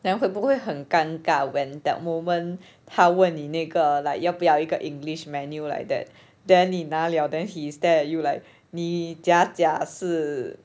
then 会不会很尴尬 when that moment 他问你那个 like 要不要一个 english menu like that then 你拿了 then he stare at you like 你假假是